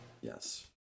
Yes